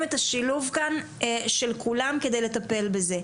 את השילוב כאן של כולם כדי לטפל בזה.